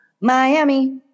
Miami